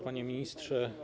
Panie Ministrze!